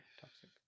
Toxic